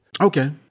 Okay